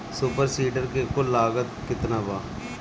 Super seeder के कुल लागत केतना बा?